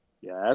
yes